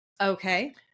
Okay